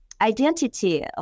identity